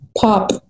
pop